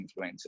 influencers